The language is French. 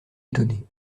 étonné